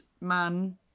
man